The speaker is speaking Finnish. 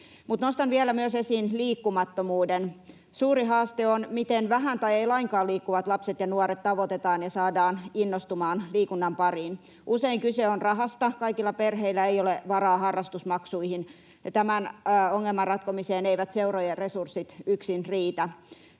nostan vielä esiin myös liikkumattomuuden. Suuri haaste on, miten vähän tai ei lainkaan liikkuvat lapset ja nuoret tavoitetaan ja saadaan innostumaan liikunnan pariin. Usein kyse on rahasta, kaikilla perheillä ei ole varaa harrastusmaksuihin, ja tämän ongelman ratkomiseen eivät seurojen resurssit yksin riitä.